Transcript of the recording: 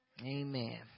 Amen